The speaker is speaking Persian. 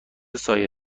سایه